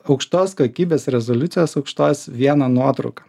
aukštos kokybės rezoliucijos aukštos vieną nuotrauką